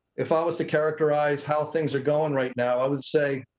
if i was to characterize how things are going right now, i'd say,